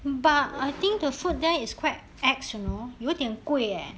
but I think the food there is quite external 有点贵